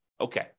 okay